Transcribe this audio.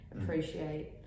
appreciate